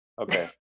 Okay